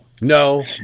No